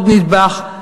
עוד נדבך.